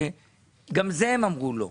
גם זה הם אמרו לא.